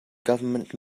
government